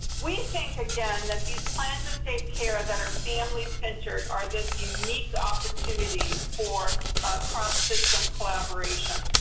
we think, again, that these plans of safe care ah that are family-centered are this unique opportunity for a cross-system collaboration.